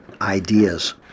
ideas